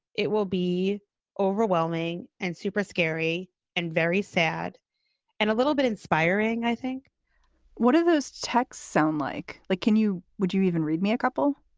it will be overwhelming and super scary and very sad and a little bit inspiring, i think what are those text sound like? like. can you. would you even read me a couple?